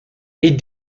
est